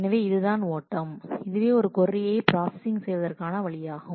எனவே இது தான் ஓட்டம் இதுவே ஒரு கொர்ரியை பிராஸஸிங் செய்வதற்கான வழியாகும்